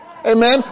Amen